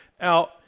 out